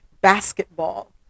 basketball